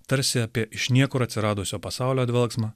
tarsi apie iš niekur atsiradusio pasaulio dvelksmą